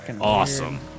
awesome